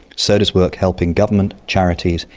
so does work helping government, charities,